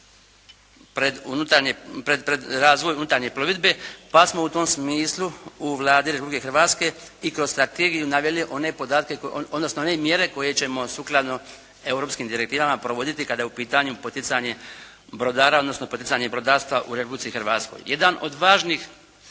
pred razvoj unutarnje plovidbe pa smo u tom smislu u Vladi Republike Hrvatske i kroz strategiju naveli one podatke, odnosno one mjere koje ćemo sukladno europskim direktivama provoditi kada je u pitanju poticanje brodara, odnosno poticanje brodarstva u Republici Hrvatskoj. Jedan od važnih